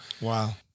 Wow